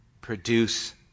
produce